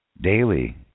daily